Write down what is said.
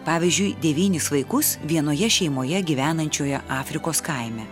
pavyzdžiui devynis vaikus vienoje šeimoje gyvenančioje afrikos kaime